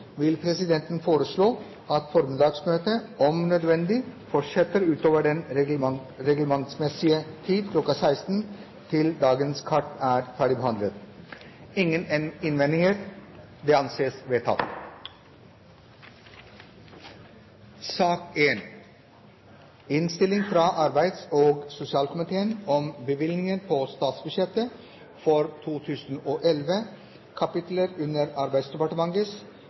vil presidenten foreslå at formiddagsmøtet – om nødvendig – fortsetter utover den reglementsmessige tid kl. 16.00 til dagens kart er ferdigbehandlet. – Det anses vedtatt. Etter ønske fra arbeids- og sosialkomiteen